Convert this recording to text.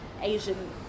Asian